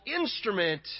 instrument